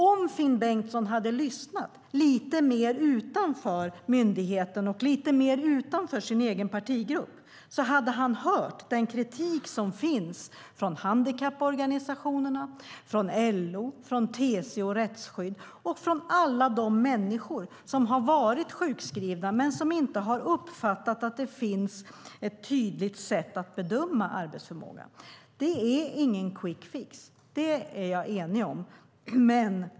Om Finn Bengtsson hade lyssnat lite mer utanför myndigheten och lite mer utanför sin egen partigrupp hade han hört den kritik som finns från handikapporganisationerna, från LO-TCO Rättsskydd och från alla de människor som har varit sjukskrivna men som inte har uppfattat att det finns ett tydligt sätt att bedöma arbetsförmågan. Det är ingen quick fix. Det är vi eniga om.